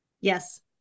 Yes